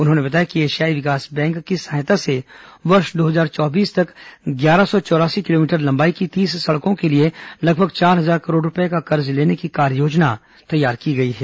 उन्होंने बताया कि एशियाई विकास बैंक एडीबी की सहायता से वर्ष दो हजार चौबीस तक ग्यारह सौ चौरासी किलोमीटर लंबाई की तीस सड़कों के लिए लगभग चार हजार करोड़ रूपये का कर्ज लेने की कार्ययोजना तैयार की गई है